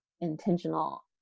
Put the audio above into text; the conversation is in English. intentional